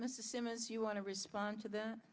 and that's the same as you want to respond to that